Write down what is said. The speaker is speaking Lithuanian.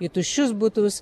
į tuščius butus